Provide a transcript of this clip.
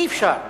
אי-אפשר.